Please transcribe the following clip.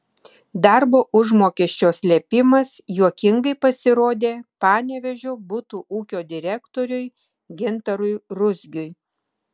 darbo užmokesčio slėpimas juokingai pasirodė panevėžio butų ūkio direktoriui gintarui ruzgiui